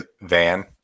van